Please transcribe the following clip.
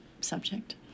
subject